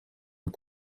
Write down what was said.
und